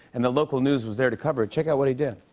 and the local news was there to cover it. check out what he did.